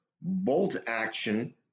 bolt-action